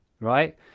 right